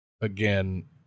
again